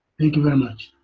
thank you very much.